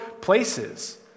places